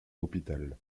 hôpital